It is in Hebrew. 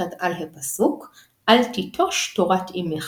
סוג נוסף של מנהג הוא "מנהג המדינה",